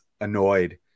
annoyed